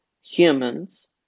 humans